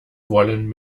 wollen